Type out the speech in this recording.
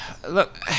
Look